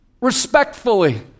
respectfully